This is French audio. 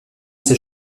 ces